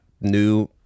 new